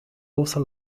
also